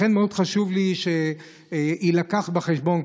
לכן מאוד חשוב לי שיובא בחשבון,